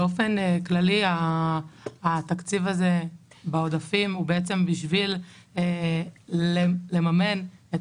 באופן כללי התקציב הזה בעודפים הוא בעצם בשביל לממן את